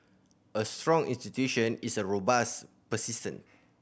a strong institution is robust persistent